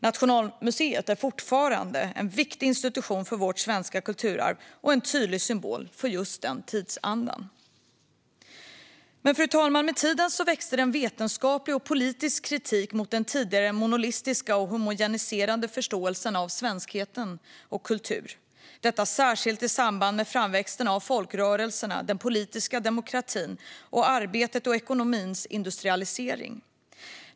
Nationalmuseet är fortfarande en viktig institution för vårt svenska kulturarv och en tydlig symbol för just den tidsandan. Fru talman! Med tiden växte det fram en vetenskaplig och politisk kritik mot den tidigare monolitiska och homogeniserande förståelsen av svenskhet och kultur, särskilt i samband med framväxten av folkrörelserna, den politiska demokratin och arbetets och ekonomins industrialisering.